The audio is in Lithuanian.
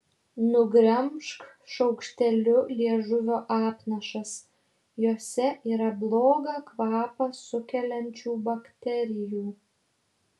nugremžk šaukšteliu liežuvio apnašas jose yra blogą kvapą sukeliančių bakterijų